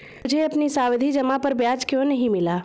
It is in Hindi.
मुझे अपनी सावधि जमा पर ब्याज क्यो नहीं मिला?